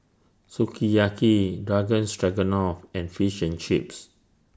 Sukiyaki Garden Stroganoff and Fish and Chips